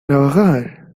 trabajar